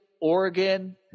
Oregon